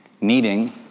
needing